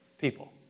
people